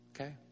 Okay